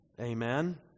Amen